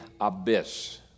abyss